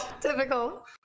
Typical